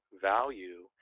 value